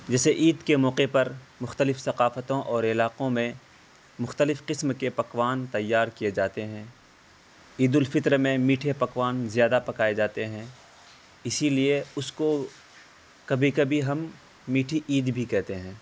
جیسے عید کے موقعے پر مختلف ثقافتوں اور علاقوں میں مختلف قسم کے پکوان تیار کیے جاتے ہیں عید الفطر میں میٹھے پکوان زیادہ پکائے جاتے ہیں اسی لیے اس کو کبھی کبھی ہم میٹھی عید بھی کہتے ہیں